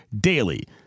DAILY